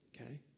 Okay